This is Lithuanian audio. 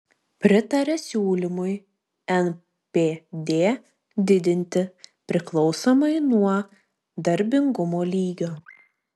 pritaria siūlymui npd didinti priklausomai nuo darbingumo lygio